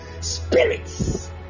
spirits